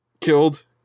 killed